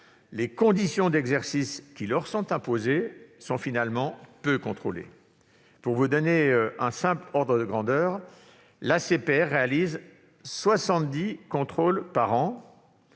les conditions d'exercice qui leur sont imposées sont peu contrôlées. Pour vous donner un ordre de grandeur, l'ACPR réalise 70 contrôles par an,